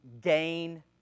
gain